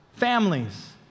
Families